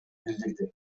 билдирди